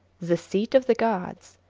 the seat of the gods,